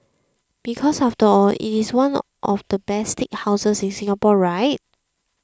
because after all it is one of the best steakhouses in Singapore right